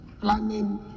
planning